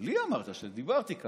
אני אמרתי את